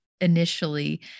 initially